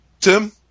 Tim